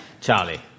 Charlie